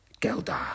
Gelda